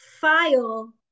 file